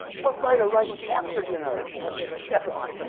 what writer writes after dinner unless there's a deadline?